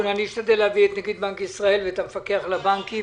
אשתדל להביא את נגיד בנק ישראל ואת המפקח על הבנקים